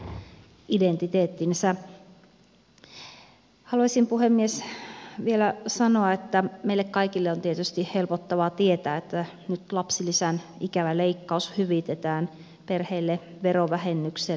haluaisin puhemies vielä sanoa että meille kaikille on tietysti helpottavaa tietää että nyt lapsilisän ikävä leikkaus hyvitetään perheille verovähennyksellä